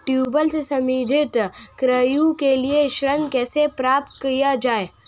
Tubewell से संबंधित कार्य के लिए ऋण कैसे प्राप्त किया जाए?